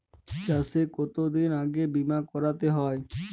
চাষে কতদিন আগে বিমা করাতে হয়?